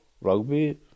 rugby